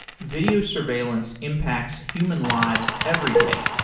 video surveillance impacts human lives every day.